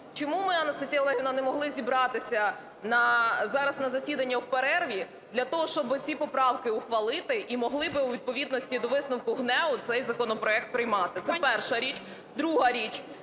Чому ми, Анастасія Олегівна, не могли зібратися зараз на засідання в перерві для того, щоб ці поправки ухвалити, і могли би у відповідності до висновку ГНЕУ цей законопроект приймати. Це перша річ. Друга річ.